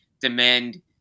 demand